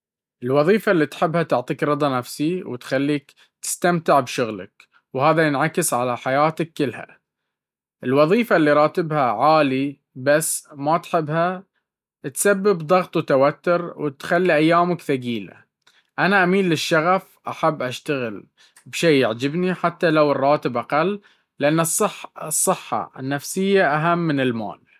الوظيفة اللي تحبها تعطيك رضا نفسي، وتخليك تستمتع بشغلك، وهذا ينعكس على حياتك كلها. الوظيفة اللي راتبها عالي بس ما تحبها تسبب ضغط وتوتر، وتخلي أيامك ثقيلة. أنا أميل للشغف، أحب أشتغل بشي يعجبني حتى لو الراتب أقل، لأن الصحة النفسية أهم من المال.